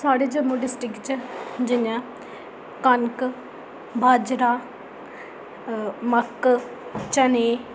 साढ़े जम्मू डिस्ट्रिक्ट च जि'यां कनक बाजरा मक्क चने